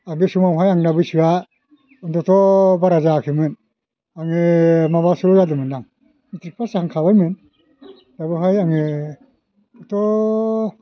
दा बे समावहाय आंना बैसोआ अनथ'थ' बारा जायाखैमोन आङो माबासोल' जादोंमोनदां मेट्रिक पास जाखांखाबायमोन दा बेवहाय आङो हयथ'